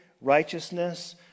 righteousness